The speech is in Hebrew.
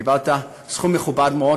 קיבלת סכום מכובד מאוד,